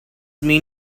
mean